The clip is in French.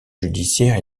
judiciaire